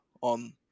on